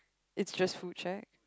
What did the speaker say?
it's just full check